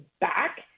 back